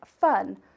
fun